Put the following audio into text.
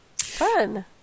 Fun